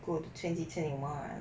go twenty twenty one